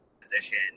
position